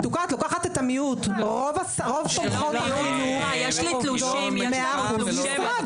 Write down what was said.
רוב תומכות החינוך עובדות 100% משרה.